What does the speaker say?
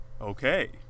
Okay